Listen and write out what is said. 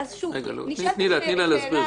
תני לה להסביר.